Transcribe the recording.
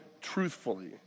truthfully